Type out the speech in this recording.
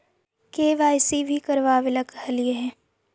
KYC भी करवावेला कहलिये हे?